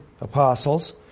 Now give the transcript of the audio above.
apostles